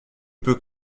peux